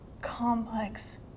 complex